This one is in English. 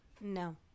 No